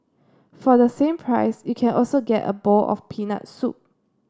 for the same price you can also get a bowl of peanut soup